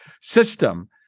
system